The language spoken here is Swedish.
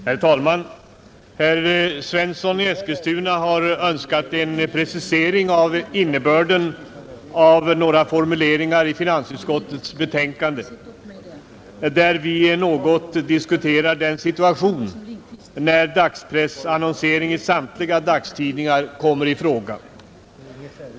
Herr talman! Herr Svensson i Eskilstuna har önskat en precisering av innebörden av några formuleringar i finansutskottets betänkande, där vi något diskuterat den situation som uppstår när dagspressannonsering i samtliga dagstidningar kommer i fråga.